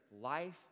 life